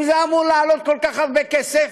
אם זה אמור לעלות כל כך הרבה כסף,